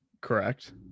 correct